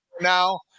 now